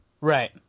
Right